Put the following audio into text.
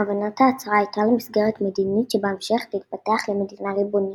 כוונת ההצהרה הייתה למסגרת מדינית שבהמשך תתפתח למדינה ריבונית.